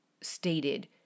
stated